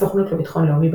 הסוכנות לביטחון לאומי,